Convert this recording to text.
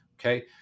Okay